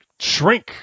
shrink